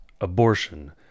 abortion